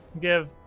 give